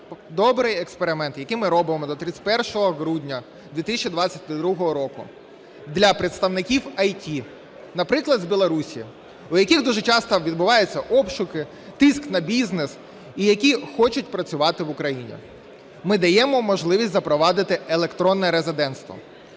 добрий експеримент, який ми робимо до 31 грудня 2022 року для представників ІТ, наприклад, з Білорусії, в якій дуже часто відбуваються обшуки, тиск на бізнес і які хочуть працювати в Україні. Ми даємо можливість запровадити електронне резидентство.